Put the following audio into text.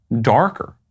darker